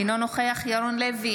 אינו נוכח ירון לוי,